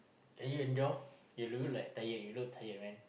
are you a doll you look like tired you look tired man